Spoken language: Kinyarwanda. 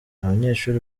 abanyeshuri